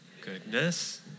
Goodness